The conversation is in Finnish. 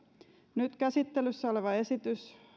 nyt käsittelyssä oleva esitys